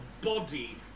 body